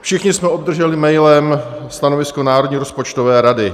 Všichni jsme obdrželi mailem stanovisko Národní rozpočtové rady.